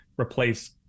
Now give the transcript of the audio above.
replace